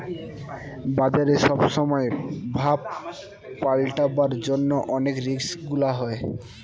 বাজারে সব সময় ভাব পাল্টাবার জন্য অনেক রিস্ক গুলা হয়